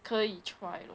可以 try